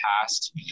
past